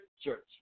church